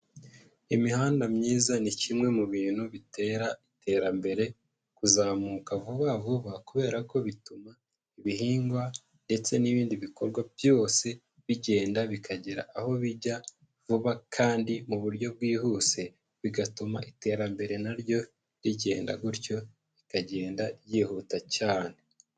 Imihanda myiza ni kimwe mu bintu bitera iterambere, kuzamuka vuba vuba kubera ko bituma ibihingwa ndetse n'ibindi bikorwa byose bigenda bikagera aho bijya vuba kandi mu buryo bwihuse, bigatuma iterambere naryo rigenda gutyo rikagenda ryihuta cyane.